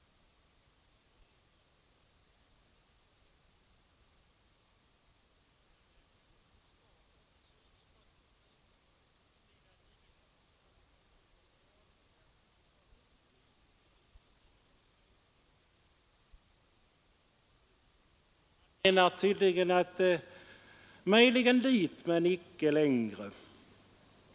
Man förstår förvisso utskottets skrivning på s. 9, där utskottet talar om att den årliga anslagsvolymen för biståndsändamål skall uppgå till 1 procent av bruttonationalprodukten. Man menar tydligen ”hit men icke längre”.